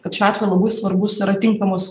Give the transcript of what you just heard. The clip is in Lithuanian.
kad šiuo atveju labai svarbus yra tinkamas